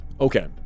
Okay